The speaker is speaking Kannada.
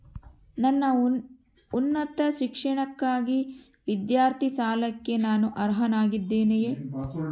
ನನ್ನ ಉನ್ನತ ಶಿಕ್ಷಣಕ್ಕಾಗಿ ವಿದ್ಯಾರ್ಥಿ ಸಾಲಕ್ಕೆ ನಾನು ಅರ್ಹನಾಗಿದ್ದೇನೆಯೇ?